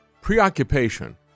preoccupation